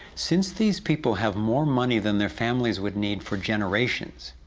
since these people have more money than their families would need for generations,